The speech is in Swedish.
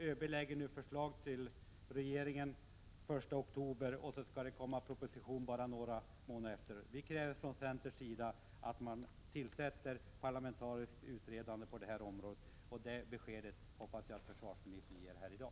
ÖB lägger nu fram ett förslag för regeringen den 1 oktober, och sedan skall det komma en proposition bara några månader därefter. Vi kräver från centern att regeringen tillsätter en parlamentarisk utredning på detta område. Jag hoppas att försvarsministern ger besked om det här i dag.